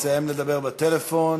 שיסיים לדבר בטלפון.